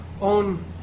own